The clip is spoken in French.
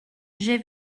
j’ai